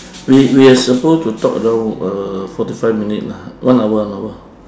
we we are suppose to talk around uh forty five minutes lah one hour one hour